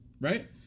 Right